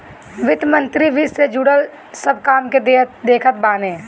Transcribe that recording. वित्त मंत्री वित्त से जुड़ल सब काम के देखत बाने